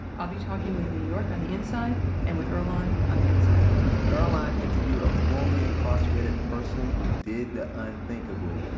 i'll be talking with new york on the inside and with earlonne on the outside earlonne interviewed a formerly incarcerated person who did the unthinkable.